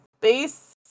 base